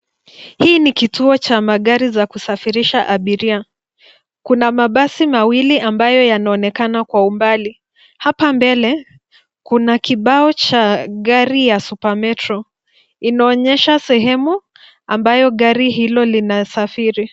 Hii ni kituo cha magari za kusafirisha abiria. Kuna mabasi mawili ambayo yanaonekana kwa umbali. Hapa mbele kuna kibao cha gari ya Supermetro, inaonyesha sehemu ambayo gari hilo linasafiri.